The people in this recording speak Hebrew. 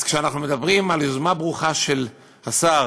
אז כשאנחנו מדברים על יוזמה ברוכה של השר,